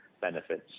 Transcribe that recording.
benefits